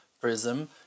prism